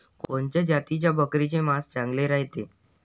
कोनच्या जातीच्या बकरीचे मांस चांगले रायते?